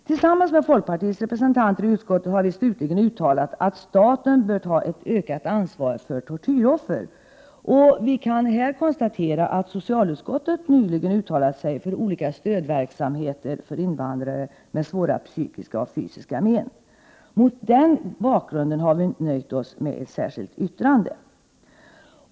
Tillsammans med folkpartiets representanter i utskottet har vi slutligen uttalat att staten bör ta ett ökat ansvar för tortyroffer, och vi kan härvid konstatera att socialutskottet nyligen uttalat sig för olika stödverksamheter för invandrare med svåra psykiska och fysiska men. Mot den bakgrunden har vi nöjt oss med ett särskilt yttrande.